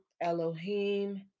Elohim